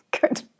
Good